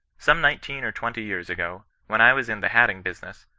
some nineteen or twenty years ago, when i was in the hatting business,